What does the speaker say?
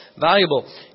valuable